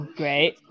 great